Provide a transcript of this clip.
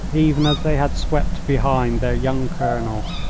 even as they had swept behind their young colonel,